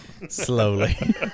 slowly